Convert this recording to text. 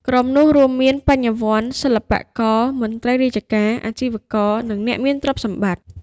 ក្រុមនេះរួមមាន បញ្ញវន្ត សិល្បករ មន្ត្រីរាជការ អាជីវករ និងអ្នកមានទ្រព្យសម្បត្តិ។